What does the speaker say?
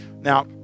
Now